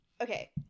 okay